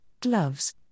gloves